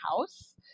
house